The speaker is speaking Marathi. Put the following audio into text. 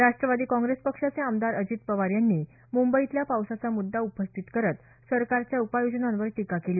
राष्ट्रवादी काँग्रेस पक्षाचे आमदार अजित पवार यांनी मुंबईतल्या पावसाचा मुद्दा उपस्थित करत सरकारच्या उपाय योजनांवर टीका केली